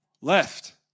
left